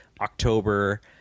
October